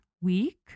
week